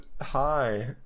hi